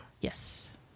Yes